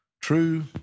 true